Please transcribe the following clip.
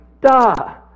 Duh